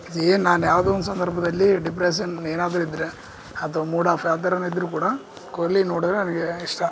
ಅದೇನು ನಾನು ಯಾವುದೋ ಒಂದು ಸಂದರ್ಭದಲ್ಲಿ ಡಿಪ್ರೆಶನ್ ಏನಾದರು ಇದ್ರೆ ಅದು ಮೂಡ್ ಆಫ್ ಯಾವುದಾರನು ಇದ್ರು ಕೂಡ ಕೊಹ್ಲಿ ನೋಡಿದ್ರೆ ನನಗೆ ಇಷ್ಟ